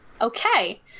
Okay